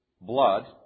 blood